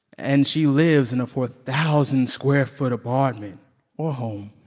and she lives in a four thousand square foot apartment or home